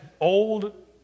old